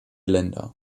länder